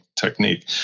technique